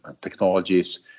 technologies